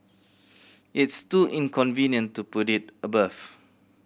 it's too inconvenient to put it above